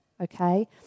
Okay